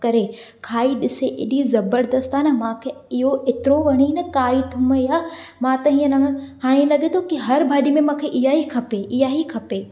करे खाई ॾिसे हेॾी ज़बरदस्त आहे न मांखे इहो एतिरो वणी न कारी थूम इहा मां त हीअं हिन में हाणे लॻे थो कि हर भाॼी में मांखे इहा ई खपे इहा ई खपे